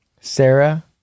Sarah